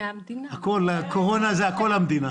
כל הקורונה זה מהמדינה.